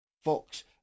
Fox